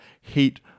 heat